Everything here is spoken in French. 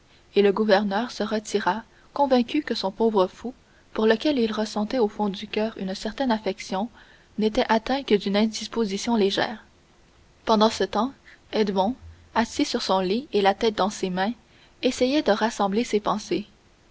et le gouverneur se retira convaincu que son pauvre fou pour lequel il ressentait au fond du coeur une certaine affection n'était atteint que d'une indisposition légère pendant ce temps edmond assis sur son lit et la tête dans ses mains essayait de rassembler ses pensées